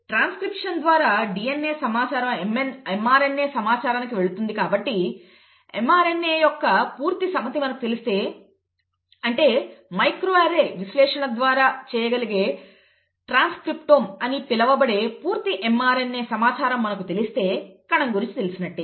transcription ద్వారా DNA సమాచారం mRNA సమాచారానికి వెళుతుంది కాబట్టి m RNA యొక్క పూర్తి సమితి మనకు తెలిస్తే అంటే మైక్రో అర్రే విశ్లేషణ ద్వారా చేయగలిగే ట్రాన్స్క్రిప్టోమ్ అని పిలువబడే పూర్తి mRNA సమాచారం మనకు తెలిస్తే కణం గురించి తెలిసినట్టే